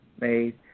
made